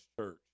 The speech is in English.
church